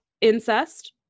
incest